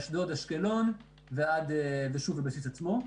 אשדוד אשקלון ושוב לבסיס עצמו,